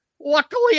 Luckily